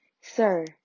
sir